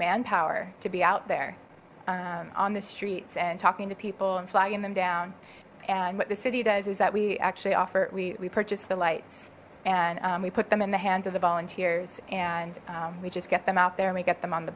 manpower to be out there on the streets and talking to people and flagging them down and what the city does is that we actually offer we purchase the lights and we put in the hands of the volunteers and we just get them out there and we get them on the